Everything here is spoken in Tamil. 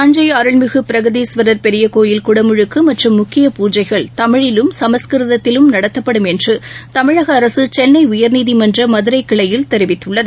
தஞ்சை அருள்மிகு பிரகதீஸ்வரர் பெரிய கோயில் குடமுழக்கு மற்றும் முக்கிய பூஜைகள் தமிழிலும் சமஸ்கிருதத்திலும் நடத்தப்படும் என்று தமிழக அரசு சென்னை உயர்நீதிமன்ற மதுரை கிளையில் தெரிவித்துள்ளது